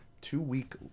two-week